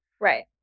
Right